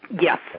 Yes